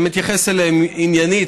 אתייחס אליהם עניינית,